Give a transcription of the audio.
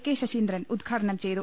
K Saseendran ഉദ്ഘാടനം ചെയ്തു